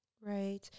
Right